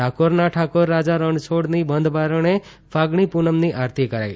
ડાકોરના ઠાકોર રાજા રણછોડની બંધ બારણે ફાગણી પૂનમ ની આરતી કરાઈ